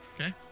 Okay